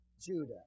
Judah